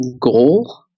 goal